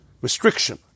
Restriction